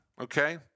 Okay